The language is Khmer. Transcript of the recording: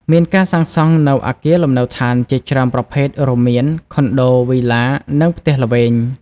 មានការសាងសង់នូវអគារលំនៅឋានជាច្រើនប្រភេទ រួមមាន ខុនដូ វីឡា និងផ្ទះល្វែង។